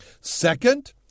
Second